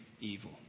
evil